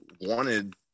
wanted